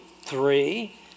three